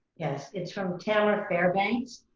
yes, it's from tamara fairbanks.